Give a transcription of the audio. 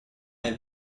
have